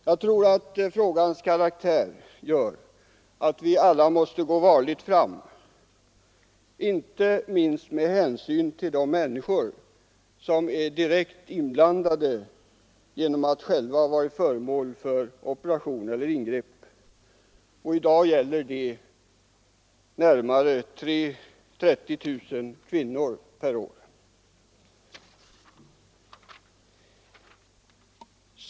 Jag tror att frågans karaktär gör att vi alla måste gå varligt fram inte minst med hänsyn till de människor som är direkt berörda genom att själva ha varit föremål för operation eller ingrepp. I dag gäller det närmare 30 000 kvinnor per år.